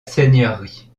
seigneurie